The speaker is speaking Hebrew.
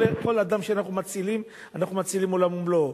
כל אדם שאנחנו מצילים, אנחנו מצילים עולם ומלואו.